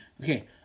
Okay